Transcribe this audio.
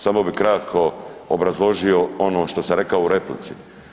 Samo bi kratko obrazložio ono što sam rekao u replici.